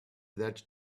that